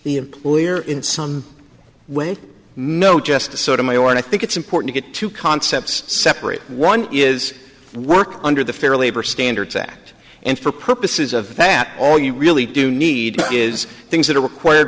the employer in some way just sort of my own i think it's important that two concepts separate one is work under the fair labor standards act and for purposes of that all you really do need is things that are required